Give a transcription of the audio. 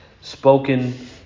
spoken